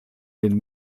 den